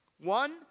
One